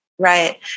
Right